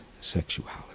sexuality